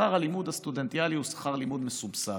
שכר הלימוד הסטודנטיאלי הוא שכר לימוד מסובסד.